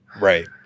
Right